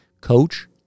coach